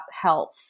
health